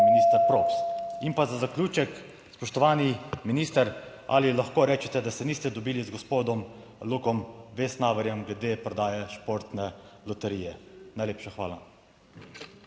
minister Props. In pa za zaključek, spoštovani minister, ali lahko rečete, da se niste dobili z gospodom Lukom Vesnaverjem glede prodaje Športne loterije? Najlepša hvala.